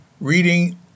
Reading